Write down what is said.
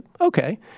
okay